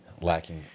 lacking